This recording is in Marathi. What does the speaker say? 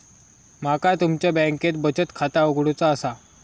माका तुमच्या बँकेत बचत खाता उघडूचा असा?